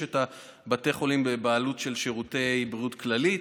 יש את בתי החולים בבעלות של שירותי בריאות כללית,